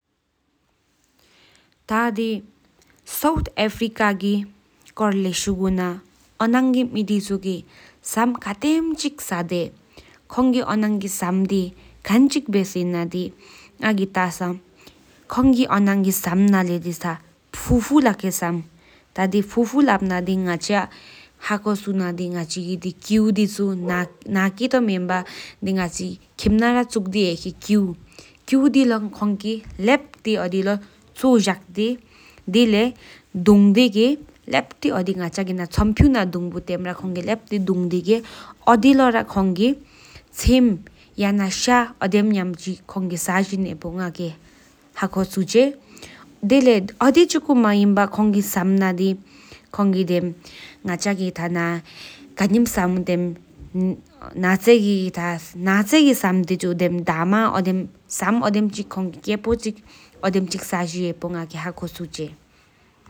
ཐཱ་དི། སོའུཐ་ཨཕྲི་ཀའུ་ཀི། ཀརོ། ལེགས་གཡོག་ནའི་སྒེའུ﹖་སྙེར་བ་དེ་རྒྱུར་སྡི﹖ སོའུཐ་ཟམ་ག་རུང་མ་བློས་གྲུའོ་གྲི་འཕྲལ། ཐ་ ཤ་མོངྦའ྄ུ་ རང་ནང་ཇུ་རང་ལ་མགྱུག་ཇོ་ལ་ཡ། ཀྲང་གི་ཨོན་ ཀི་སོའུ་ཡུ་སོའུའི། བུ་ལ་སྡིའོ་མའུཡུ། སྡིའུལ། མོ་དེ་གཅེར་ཏི་བྷེ༡ ཕྱི་བ་ཤ་ན྄ གངས་གྲང་གི་ཡིའམ་ཚྭ་དྲ་སོའུཡུ། ཐམོལ་སྤྲན་བྱིས༉འ྄ུ ཀི་དོི། བུ་ང་ སསེ་ཧྷུ་༴ ཁྲང་གི་རབ་མོ་དེ་དམ་ལ་འེད་ནོ་ཚཀརའི༅༴ ཡརྊལ࿐མཁྱིགཧྲཱ༄་་སོའུཡུཥ། ཀི་དངག་ལ་ ཛྷཨི་པས༴ མའ་ཙྔཾ།